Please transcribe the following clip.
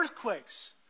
Earthquakes